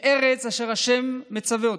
לארץ אשר השם מצווה אותו.